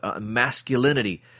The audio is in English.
masculinity